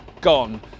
gone